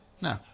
No